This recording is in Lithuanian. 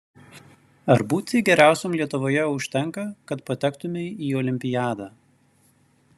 ar būti geriausiam lietuvoje užtenka kad patektumei į olimpiadą